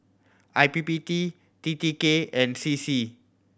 I P P T T T K and C C